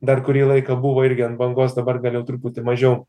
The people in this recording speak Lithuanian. dar kurį laiką buvo irgi ant bangos dabar gal jau truputį mažiau